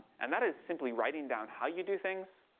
and that is simply writing down, how you do things?